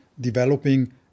developing